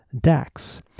DAX